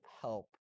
help